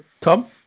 tom